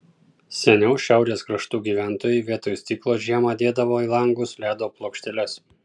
seniau šiaurės kraštų gyventojai vietoj stiklo žiemą dėdavo į langus ledo plokšteles